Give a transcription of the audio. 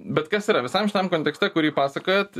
bet kas yra visam šitam kontekste kurį pasakojat